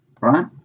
right